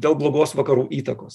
dėl blogos vakarų įtakos